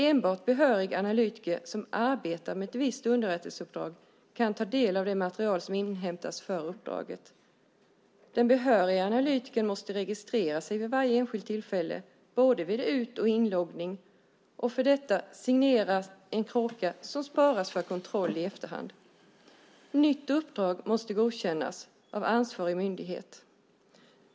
Enbart behörig analytiker som arbetar med ett visst underrättelseuppdrag kan ta del av det material som inhämtas för uppdraget. Den behöriga analytikern måste registrera sig vid varje enskilt tillfälle både vid ut och inloggning och signera med en kråka som sparas för kontroll i efterhand. Nytt uppdrag måste godkännas av ansvarig myndighet.